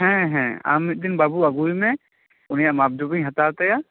ᱦᱮᱸ ᱦᱮᱸ ᱟᱢ ᱢᱤᱫ ᱫᱤᱱ ᱵᱟᱹᱵᱩ ᱟᱜᱩᱭᱮᱢᱮ ᱩᱱᱤᱭᱟᱜ ᱢᱟᱯ ᱡᱳᱠᱷᱤᱧ ᱦᱟᱛᱟᱣ ᱛᱟᱭᱟ